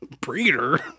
Breeder